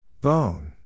Bone